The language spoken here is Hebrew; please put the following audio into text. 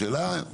השאלה,